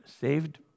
saved